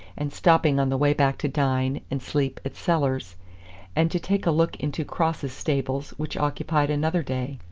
and stopping on the way back to dine and sleep at sellar's and to take a look into cross's stables, which occupied another day.